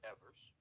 Evers